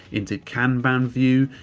into kanban view.